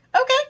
Okay